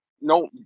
no